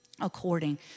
according